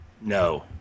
No